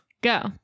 Go